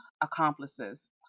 accomplices